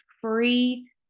free